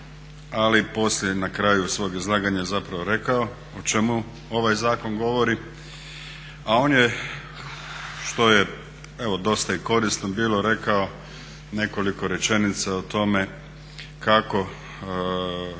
ali poslije na kraju svog izlaganja je zapravo rekao o čemu ovaj zakon govori, a on je što je dosta i korisno bilo rekao nekoliko rečenica o tome kako